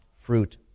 fruit